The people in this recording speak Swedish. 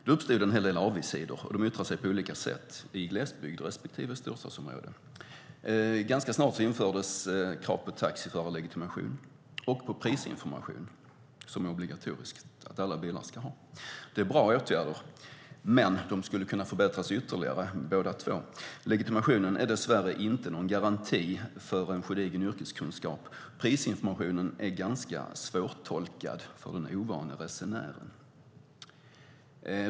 Det uppstod en hel del avigsidor, och de yttrade sig på olika sätt i glesbygd respektive storstadsområde. Ganska snart infördes krav på taxiförarlegitimation och på prisinformation som nu är obligatoriska. Det är bra åtgärder, men de skulle båda kunna förbättras ytterligare. Legitimationen är dess värre inte någon garanti för gedigen yrkeskunskap, och prisinformationen är ganska svårtolkad för den ovane resenären.